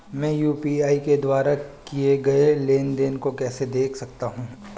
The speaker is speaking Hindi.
मैं यू.पी.आई के द्वारा किए गए लेनदेन को कैसे देख सकता हूं?